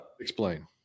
explain